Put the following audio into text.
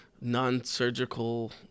non-surgical